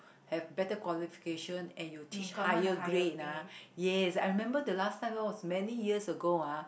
have better qualification and you teach higher grade ah yes I remember the last time many years ago ah